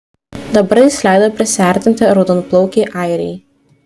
dabar jis leido prisiartinti raudonplaukei airei